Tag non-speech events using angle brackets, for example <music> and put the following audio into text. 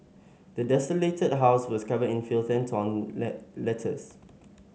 the desolated house was covered in filth and torn <unintelligible> letters